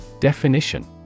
Definition